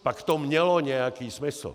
Pak to mělo nějaký smysl.